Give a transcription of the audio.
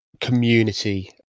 community